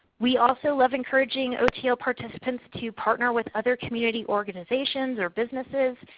we also love encouraging otl participants to partner with other community organizations or businesses.